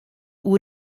oer